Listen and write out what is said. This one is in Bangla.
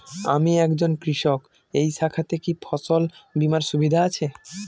আমি একজন কৃষক এই শাখাতে কি ফসল বীমার সুবিধা আছে?